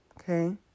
Okay